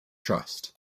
trust